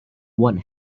one